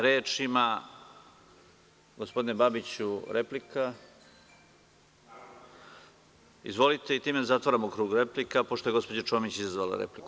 Reč ima gospodin Babić, replika, i time zatvaramo krug replika, pošto je gospođa Čomić izazvala repliku.